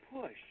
push